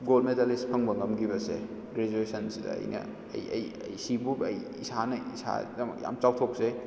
goal ꯃꯦꯗꯥꯂꯤꯁ ꯐꯪꯕ ꯉꯝꯈꯤꯕꯁꯦ ꯒ꯭ꯔꯦꯖꯨꯌꯦꯁꯟꯁꯤꯗ ꯑꯩꯅ ꯑꯩ ꯑꯩ ꯑꯩ ꯁꯤꯕꯨꯛ ꯑꯩ ꯏꯁꯥꯅ ꯏꯁꯥꯒꯤꯗꯃꯛ ꯌꯥꯝ ꯆꯥꯎꯊꯣꯛꯆꯩ